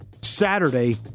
Saturday